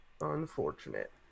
Unfortunate